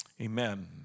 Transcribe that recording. Amen